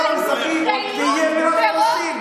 שנכבש, וירושלים המזרחית תהיה בירת פלסטין.